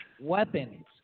weapons